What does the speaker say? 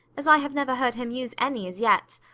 as i have never heard him use any as yet.